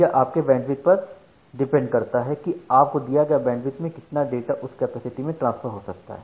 यह आपके बैंडविड्थ पर डिपेंड करता है कि आप को दिया गया बैंडविड्थ में कितना डाटा उस कैपेसिटी से ट्रांसफर हो सकता है